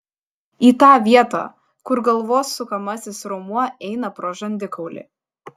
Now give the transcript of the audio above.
į tą vietą kur galvos sukamasis raumuo eina pro žandikaulį